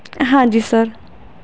ਹਾਂਜੀ ਸਰ